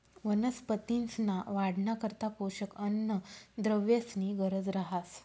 वनस्पतींसना वाढना करता पोषक अन्नद्रव्येसनी गरज रहास